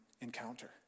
encounter